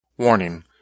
Warning